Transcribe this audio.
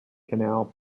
canal